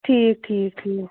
ٹھیٖک ٹھیٖک ٹھیٖک